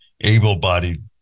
able-bodied